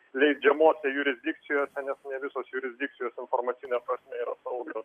leidžiamose jurisdikcijose nes ne visos jurisdikcijos informacinės prasme yra saugios